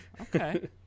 Okay